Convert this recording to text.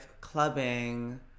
clubbing